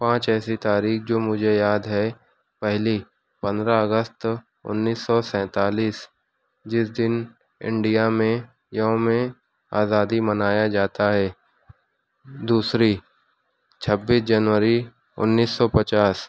پانچ ایسی تاریخ جو مجھے یاد ہے پہلی پندرہ اگست انیس سو سینتالیس جس دن انڈیا میں یوم آزادی منایا جاتا ہے دوسری چھبیس جنوری انیس سو پچاس